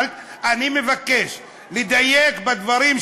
אני מבקש לדייק בדברים,